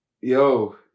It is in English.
yo